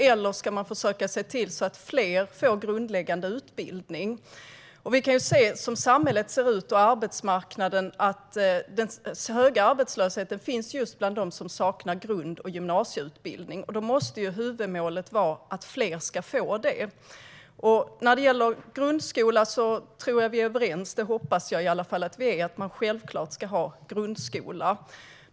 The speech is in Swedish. Eller ska man försöka se till att fler får grundläggande utbildning? Vi kan ju se hur samhället och arbetsmarknaden ser ut. Den höga arbetslösheten finns just bland dem som saknar grundskole och gymnasieutbildning. Då måste huvudmålet vara att fler ska få det. När det gäller grundskola tror jag att vi är överens - det hoppas jag i alla fall att vi är - om att man självklart ska ha grundskoleutbildning.